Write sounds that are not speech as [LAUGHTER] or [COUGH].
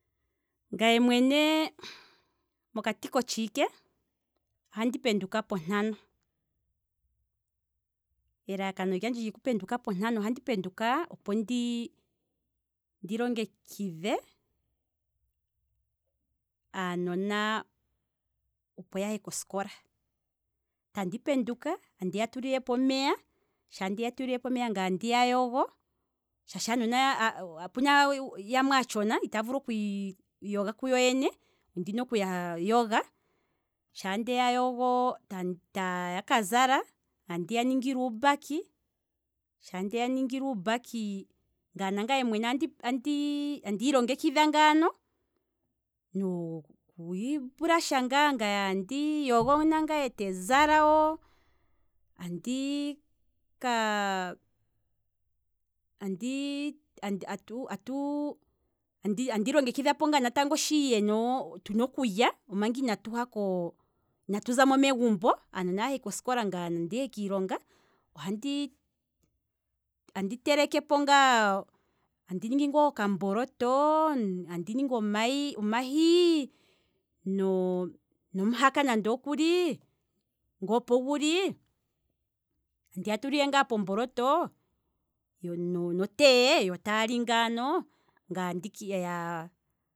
Ngaye mwene mokati kotshiike ohandi penduka pontano, elalakano lyandje lyoku penduka pontano opo ndi longekidhe aanona opo ya he kosikola, tandi penduka, andiya tu lilepo omeya, sha ndeya tuli lepo omeya andiya yogo, shaashi aanona opuna ya- ya mwe aatshona itaya vulu okwii yoga ku yoyene, ondina okuya yoga, shaa ndeya yogo taya ka zala, andiya ningile uumbaki, shaa ndeya ningile uumbaki, ngaye nangaye mwene andi ilongekidha ngaano, no kwii brush ngaye andi iyogo ngaa te zala, andi kaa- andi kaa [HESITATION] andi atu- andi longekidhapo ngaa natango shi tuna okulya manga inatu ha ko, inatu zamo megumbo, aanona ya he kosikola ngaye ndi he kiilonga, ohandi telekepo ngaa, andi ningi ngaa okamboloto, andi ningi omahi nomuhaka nande okuli, nge opo guli andi ya tulile ngaa pomboloto no tea yo taali ngaano